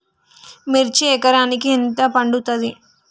మిర్చి ఎకరానికి ఎంత పండుతది?